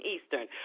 Eastern